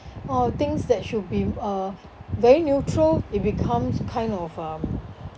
or things that should be uh very neutral it becomes kind of um